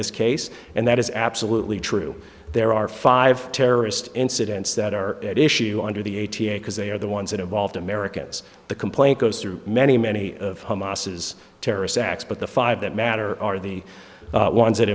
this case and that is absolutely true there are five terrorist incidents that are at issue under the eighty eight because they are the ones that involved america as the complaint goes through many many of hamas is terrorist acts but the five that matter are the ones that